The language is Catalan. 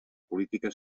política